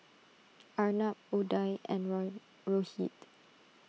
Arnab Udai and Rohit